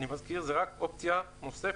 אני מזכיר, זו רק אופציה נוספת.